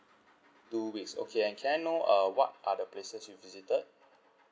two weeks okay and can I know uh what are the places you visited